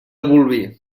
bolvir